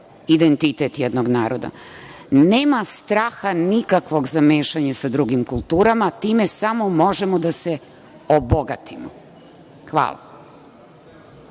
identitet jednog naroda. Nema straha nikakvog za mešanje sa drugim kulturama, time samo možemo da se obogatimo. Hvala.(Boško